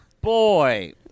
Boy